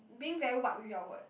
being very what you are what